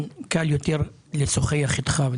מהעולם הזה ולכן קל יותר לשוחח איתך.